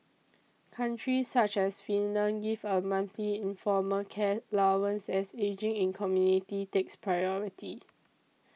countries such as Finland give a monthly informal care allowance as ageing in community takes priority